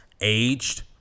aged